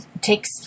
takes